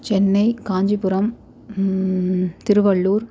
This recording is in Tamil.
சென்னை காஞ்சிபுரம் திருவள்ளூர்